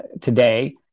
today